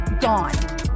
gone